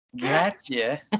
Gotcha